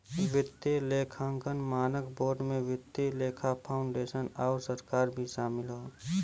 वित्तीय लेखांकन मानक बोर्ड में वित्तीय लेखा फाउंडेशन आउर सरकार भी शामिल हौ